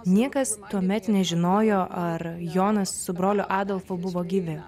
niekas tuomet nežinojo ar jonas su broliu adolfu buvo gyvi